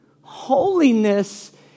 Holiness